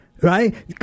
right